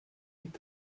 liegt